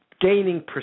gaining